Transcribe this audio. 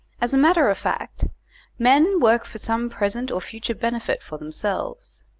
as a matter of fact men work for some present or future benefit for themselves.